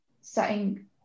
setting